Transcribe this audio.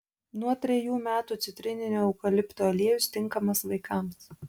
nuo trejų metų citrininio eukalipto aliejus tinkamas vaikams